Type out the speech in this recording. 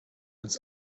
uns